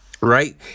Right